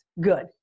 good